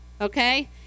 Okay